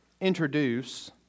introduce